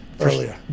earlier